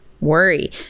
worry